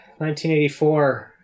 1984